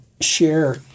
share